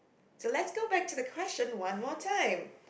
so let's go back to the question one more time